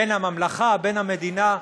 בין הממלכה, בין המדינה,